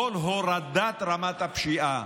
כל הורדת רמת הפשיעה,